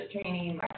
training